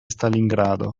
stalingrado